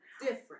different